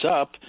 up